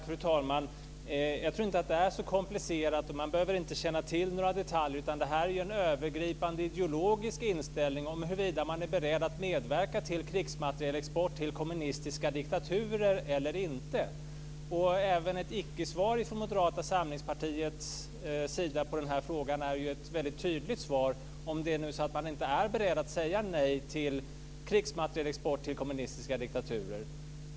Fru talman! Jag tror inte att det är så komplicerat. Man behöver inte känna till några detaljer. Detta är en övergripande ideologisk inställning om huruvida man är beredd att medverka till krigsmaterielexport till kommunistiska diktaturer eller inte. Även ett ickesvar från Moderata samlingspartiets sida på denna fråga är ju ett väldigt tydligt svar, om man nu inte är beredd att säga nej till krigsmaterielexport till kommunistiska diktaturer.